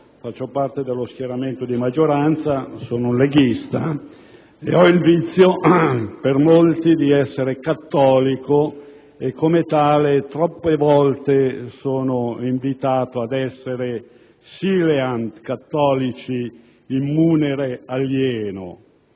Faccio parte dello schieramento di maggioranza, sono un leghista ed ho il vizio, per molti, di essere cattolico e come tale troppe volte sono invitato ad essere *sileant cattolici in munere alieno*,